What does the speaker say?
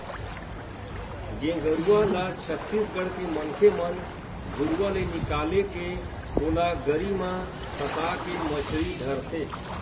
गेंगरूआ ल छत्तीसगढ़ के मनखे मन घुरुवा ले निकाले के ओला गरी म फंसाके मछरी धरथे